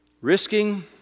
risking